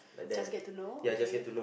just get to know okay